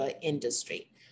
industry